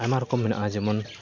ᱟᱭᱢᱟ ᱨᱚᱠᱚᱢ ᱢᱮᱱᱟᱜᱼᱟ ᱡᱮᱢᱚᱱ